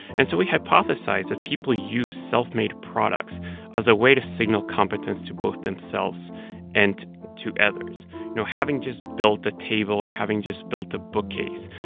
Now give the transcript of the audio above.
and so we hypothesized that people use self-made products as a way to signal competence to both themselves and to others you know, having just built a table or having just built a bookcase,